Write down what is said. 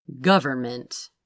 Government